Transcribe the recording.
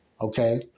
Okay